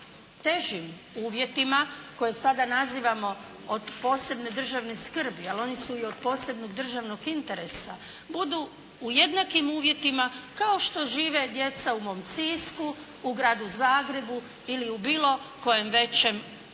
težim uvjetima koje sada nazivamo od posebne državne skrbi, ali oni su i od posebnog državnog interesa budu u jednakim uvjetima kao što žive djeca u mom Sisku, u gradu Zagrebu ili u bilo kojem većem gradu